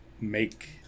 make